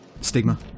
Stigma